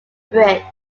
bridge